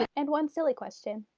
and one silly question.